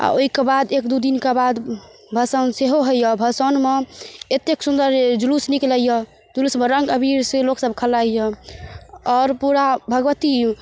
आ ओहिकेबाद एक दू दिन का बाद भसान सेहो होइए भसानमे एतेक सुन्दर जुलुस निकलैए जुलुसमे रङ्ग अबीरसँ लोकसब खेलाइए आओर पूरा भगवती